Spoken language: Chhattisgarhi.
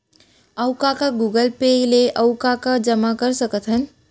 अऊ का का गूगल पे ले अऊ का का जामा कर सकथन?